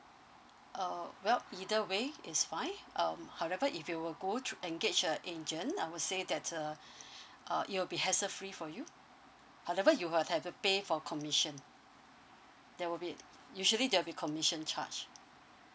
uh well either way it's fine um however if you will go through engage a agent I would say that uh uh it will be hassle free for you however you will have to pay for commission there will be usually there will be commission charge